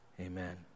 Amen